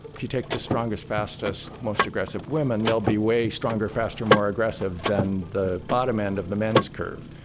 if you take the strongest, fastest, most aggressive women, they'll be way stronger, faster, more aggressive than the bottom end of the men's curve.